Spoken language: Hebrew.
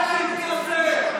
אל תתנשא.